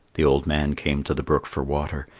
the old man came to the brook for water,